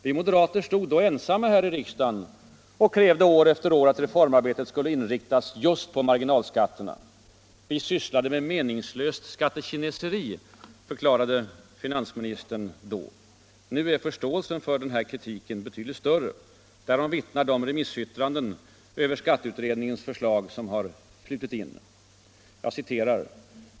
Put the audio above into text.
Vi moderater stod då ensamma i riksdagen och krävde år efter år att reformarbetet skulle inriktas just på marginalskattesatserna. Vi sysslade med meningslöst ”skattekineseri” förklarade finansministern då. Nu är förståelsen för den här kritiken betydligt större. Därom vittnar de remissyttranden över skatteutredningens förslag som flutit in.